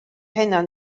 pennau